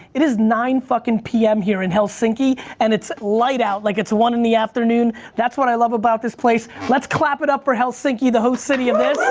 it is nine fucking pm here in helsinki and it's light out like it's one in the afternoon. that's what i love about this place. let's clap it up for helsinki, the home city of this.